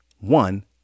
One